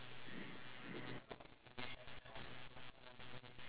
we need to change money remember